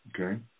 Okay